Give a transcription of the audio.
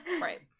Right